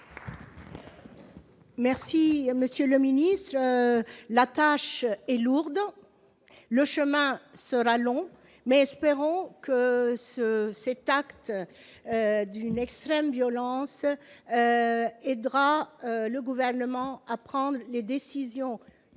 de votre réponse. La tâche est lourde et le chemin sera long, mais espérons que cet acte d'une extrême violence aidera le Gouvernement à prendre les décisions